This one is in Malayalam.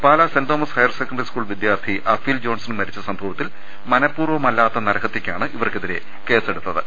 Pala saint Thomas higher secondary school വിദ്യാർത്ഥി അഫീൽ ജോൺസൺ മരിച്ച സംഭവത്തിൽ മനപൂർവമല്ലാത്ത നരഹത്യക്കാണ് ഇവർക്കെതിരെ കേസെടുത്തത്